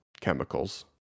chemicals